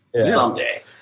someday